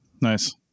nice